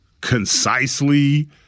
concisely